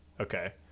Okay